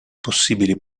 possibili